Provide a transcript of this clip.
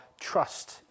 trust